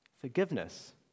Forgiveness